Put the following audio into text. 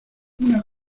una